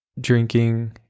drinking